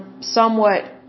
somewhat